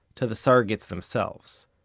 to the surrogates themselves.